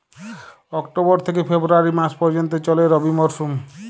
October থেকে February মাস পর্যন্ত চলে রবি মরসুম